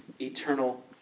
eternal